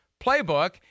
playbook